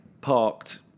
parked